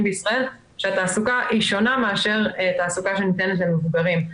בישראל שהתעסוקה היא שונה מאשר תעסוקה שניתנת למבוגרים,